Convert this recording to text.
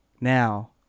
now